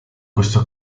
questo